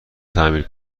تعمیر